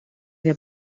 der